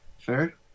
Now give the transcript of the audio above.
Fair